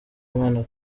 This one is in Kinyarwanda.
imana